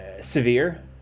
severe